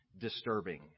disturbing